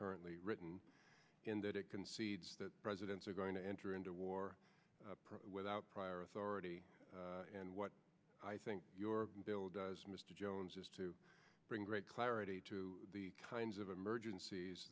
currently written in that it concedes that presidents are going to enter into war pro without prior authority and what i think your bill does mr jones is to bring great clarity to the kinds of emergencies